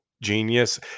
genius